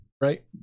right